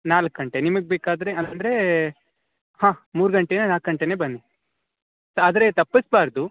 ನಾಲ್ಕು ಗಂಟೆ ನಿಮಗೆ ಬೇಕಾದರೆ ಅಂದರೆ ಹಾಂ ಮೂರು ಗಂಟೆಯಿಂದ ನಾಲ್ಕು ಗಂಟೆಗೇ ಬನ್ನಿ ಆದರೆ ತಪ್ಪಿಸಬಾರ್ದು